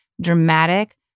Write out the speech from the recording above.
dramatic